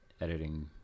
editing